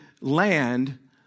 land